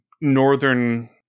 northern